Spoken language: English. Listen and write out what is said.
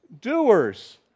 doers